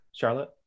Charlotte